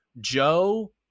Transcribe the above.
Joe